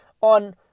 on